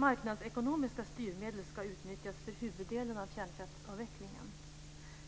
Marknadsekonomiska styrmedel ska utnyttjas för huvuddelen av kärnkraftsavvecklingen.